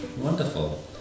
wonderful